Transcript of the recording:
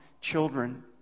Children